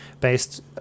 based